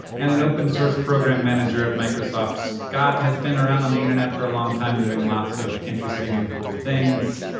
and an open source program manager at microsoft. scott has been around on the internet for a long time doing lots of interesting and cool things.